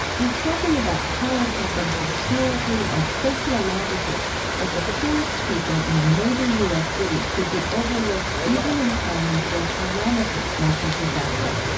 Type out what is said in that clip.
we're talking about how it happened historically and sociologically that the poorest people in a major u s. city could be overlooked even in planning for a calamitous natural disaster